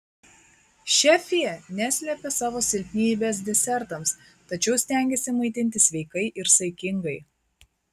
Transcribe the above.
šefė neslepia savo silpnybės desertams tačiau stengiasi maitintis sveikai ir saikingai